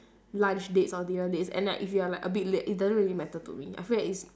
lunch dates or dinner dates and like if you're like a bit late it doesn't really matter to me I feel that it's